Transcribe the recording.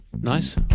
Nice